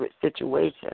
situation